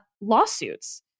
lawsuits